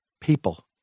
people